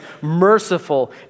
merciful